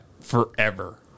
forever